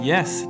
Yes